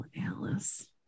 Alice